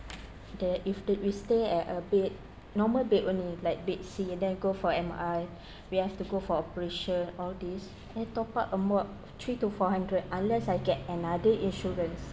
that if that we stay at a bed normal bed only like bed C and then go for M_I we have to go for operation all these and top up about three to four hundred unless I get another insurance